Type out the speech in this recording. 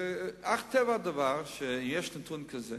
אך טבעי הדבר שכשיש נתון כזה